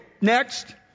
next